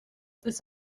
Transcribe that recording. this